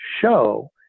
show